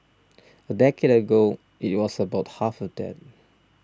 a decade ago it was about half of that